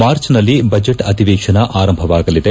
ಮಾರ್ಚ್ನಲ್ಲಿ ಬಜೆಟ್ ಅಧಿವೇಶನ ಆರಂಭವಾಗಲಿದೆ